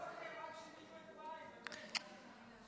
כואב לכם משהו בעין, באמת.